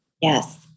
Yes